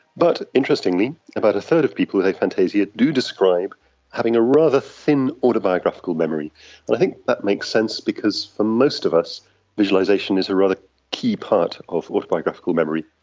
but interestingly, about a third of people with aphantasia do describe having a rather thin autobiographical memory, and i think that makes sense because for most of us visualisation is a rather key part of autobiographical memory.